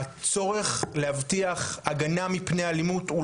הצורך להבטיח הגנה מפני אלימות,